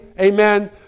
Amen